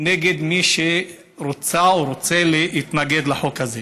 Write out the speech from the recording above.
נגד מי שרוצֶה או רוצָה להתנגד לחוק הזה.